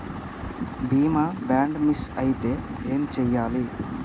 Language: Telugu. బీమా బాండ్ మిస్ అయితే ఏం చేయాలి?